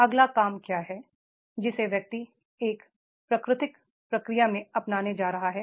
अगला काम क्या है जिसे व्यक्ति एक प्राकृतिक प्रक्रिया में अपनाने जा रहा है